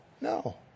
No